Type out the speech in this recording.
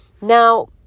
Now